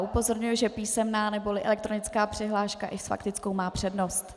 Upozorňuji, že písemná neboli elektronická přihláška i s faktickou má přednost.